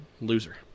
loser